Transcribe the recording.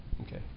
Okay